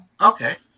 Okay